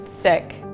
sick